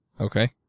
Okay